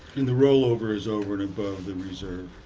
and the rollover is over and above the reserve.